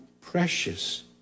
precious